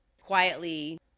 quietly